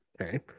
Okay